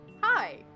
hi